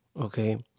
okay